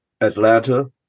Atlanta